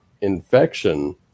infection